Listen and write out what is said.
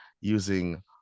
using